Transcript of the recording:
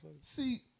See